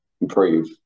improve